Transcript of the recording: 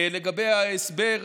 לגבי ההסבר,